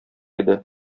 иде